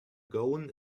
gown